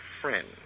friend